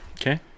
Okay